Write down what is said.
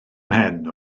mhen